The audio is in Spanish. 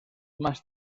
más